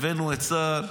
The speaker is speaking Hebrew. הבאנו את צה"ל,